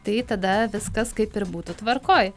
tai tada viskas kaip ir būtų tvarkoj